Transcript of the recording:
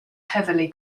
heavily